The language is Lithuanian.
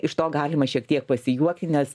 iš to galima šiek tiek pasijuokti nes